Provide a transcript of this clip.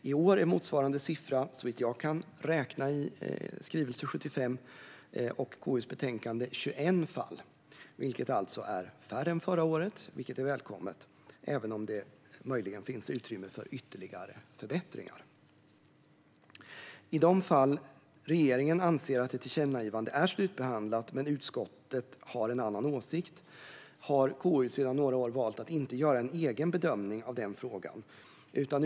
I år är motsvarande siffra 21 fall, såvitt jag kan räkna i skrivelse 75 och KU:s betänkande. Det är alltså färre än förra året, vilket är välkommet, även om det möjligen finns utrymme för ytterligare förbättringar. I de fall regeringen anser att ett tillkännagivande är slutbehandlat men utskottet är av en annan åsikt har KU sedan några år valt att inte göra en egen bedömning av den frågan.